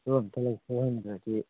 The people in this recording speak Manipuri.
ꯑꯗꯨ ꯑꯝꯇ ꯂꯧꯊꯣꯛꯍꯟꯗ꯭ꯔꯗꯤ